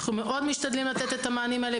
אנחנו מאוד משתדלים לתת את המענה הזה,